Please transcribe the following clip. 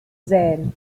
sähen